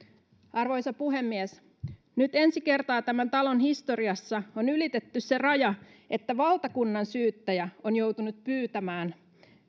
arvoisa puhemies nyt ensi kertaa tämän talon historiassa on ylitetty se raja että valtakunnansyyttäjä on joutunut pyytämään